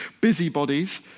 busybodies